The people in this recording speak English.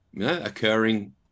occurring